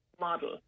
model